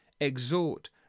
exhort